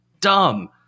dumb